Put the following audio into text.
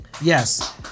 Yes